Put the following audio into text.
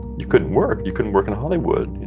you couldn't work. you couldn't work in hollywood. you